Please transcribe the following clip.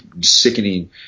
sickening